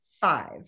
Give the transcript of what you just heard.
five